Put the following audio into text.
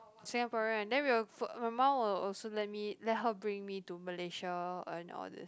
Singaporean then we will put my mum will also let me let her bring me to Malaysia and all